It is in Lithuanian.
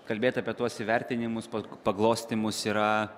kalbėti apie tuos įvertinimus paglostymus yra